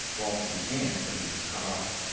walter began, but he was cut off.